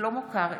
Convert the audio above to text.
שלמה קרעי,